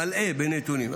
מלאה בנתונים,